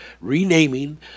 renaming